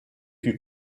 fut